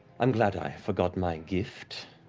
i'm glad i forgot my gift,